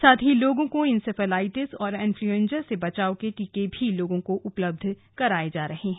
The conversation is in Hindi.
साथ ही लोगों को इंसेफेलाइटिस और इन्फ्लूएंजा से बचाव के टीके भी लोगों को उपलब्ध कराए जा रहे हैं